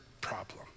problem